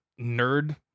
nerd